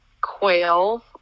quail